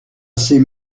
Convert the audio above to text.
ces